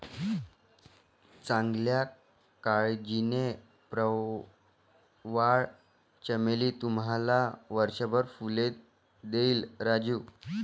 चांगल्या काळजीने, प्रवाळ चमेली तुम्हाला वर्षभर फुले देईल राजू